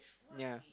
ya